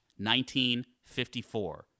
1954